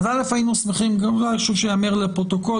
היינו שמחים גם על משהו שייאמר לפרוטוקול